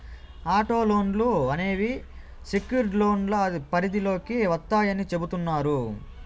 auto లోన్లు అనేవి secured లోన్ల పరిధిలోకి వత్తాయని చెబుతున్నారు